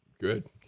Good